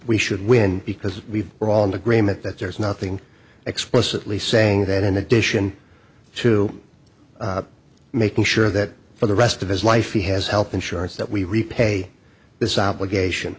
we should win because we are all in agreement that there is nothing explicitly saying that in addition to making sure that for the rest of his life he has health insurance that we repay this obligation